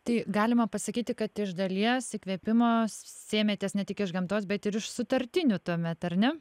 tai galima pasakyti kad iš dalies įkvėpimo sėmėtės ne tik iš gamtos bet ir iš sutartinių tuomet ar ne